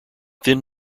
then